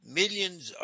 millions